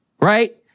right